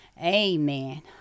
Amen